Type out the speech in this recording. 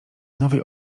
nowej